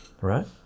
right